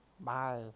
Bye